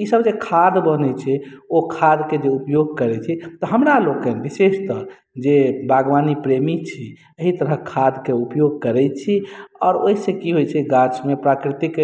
ईसब जे खाद बनय छै ओ खादके जे उपयोग करय छै तऽ हमरा लोकनि विशेषतः जे बागवानी प्रेमी छी अइ तरहक खादके उपयोग करय छी आओर ओइसँ की होइ छै गाछमे प्राकृतिक